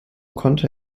konnte